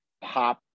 pop